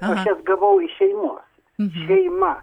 aš atgavau iš šeimos šeima